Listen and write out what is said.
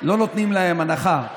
הנחה במעונות,